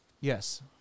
Yes